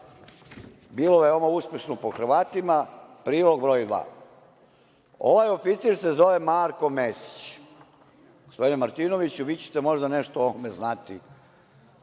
bilo veoma uspešno po Hrvatima, prilog broj dva. Ovaj oficir se zove Marko Mesić. Gospodine Martinoviću, vi ćete možda nešto o ovome znati,